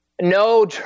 No